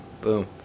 boom